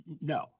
No